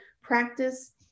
practice